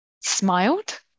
Smiled